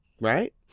right